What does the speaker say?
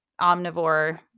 omnivore